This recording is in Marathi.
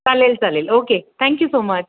चालेल चालेल ओके थँक्यू सो मच